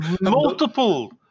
multiple